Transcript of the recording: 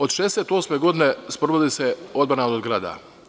Od 1968. godine sprovodi se odbrana od grada.